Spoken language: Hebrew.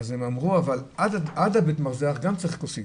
ואמרו שעד בית המרזח גם צריך כוסית.